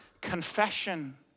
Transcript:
confession